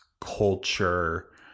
culture